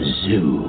zoo